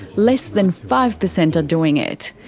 less than five percent are doing it.